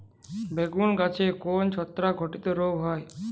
বেগুন গাছে কোন ছত্রাক ঘটিত রোগ হয়?